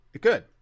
Good